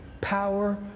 power